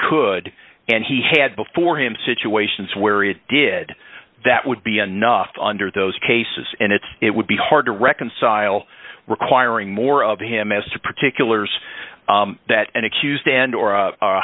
could and he had before him situations where it did that would be enough under those cases and it's it would be hard to reconcile requiring more of him as to particulars that an accused and or